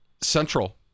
Central